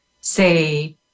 say